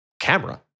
camera